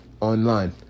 online